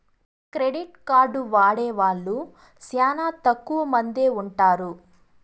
credit card వాడే వాళ్ళు శ్యానా తక్కువ మందే ఉంటారు